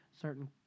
certain